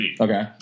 Okay